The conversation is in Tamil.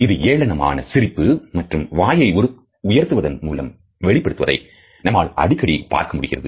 இது ஏளனம் ஆன சிரிப்பு மற்றும் வாயை உயர்த்துவதன் மூலம் வெளிப்படுவதை நம்மால் அடிக்கடி பார்க்க முடிகிறது